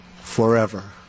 forever